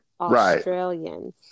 Australian